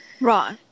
Right